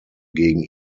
gegen